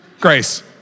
grace